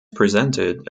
presented